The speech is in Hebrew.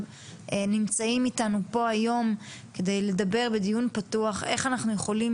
נמצאים איתנו פה היום בדיון פתוח איך אנחנו יכולים